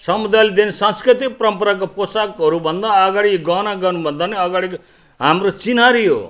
समुदायले देन सांस्कृतिक परम्पराको पोसाकहरूभन्दा अगाडि गहना गर्नुभन्दा अगाडिको हाम्रो चिन्हारी हो